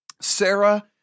Sarah